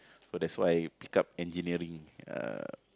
so that's why I pick up Engineering uh